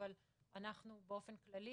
אבל אנחנו באופן כללי,